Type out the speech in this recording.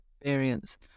experience